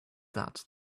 that